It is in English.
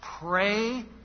pray